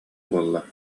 буолла